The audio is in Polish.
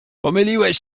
pomyliłeś